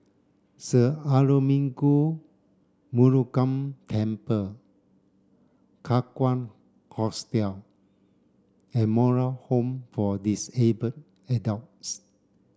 Sir Arulmigu Murugan Temple Kakan Hostel and Moral Home for Disabled Adults